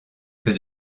que